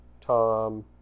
Tom